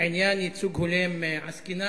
בעניין ייצוג הולם עסקינן,